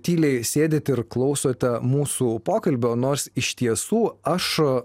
tyliai sėdit ir klausote mūsų pokalbio nors iš tiesų aš